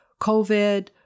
COVID